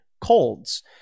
colds